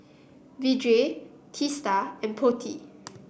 Vedre Teesta and Potti